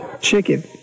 Chicken